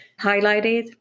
highlighted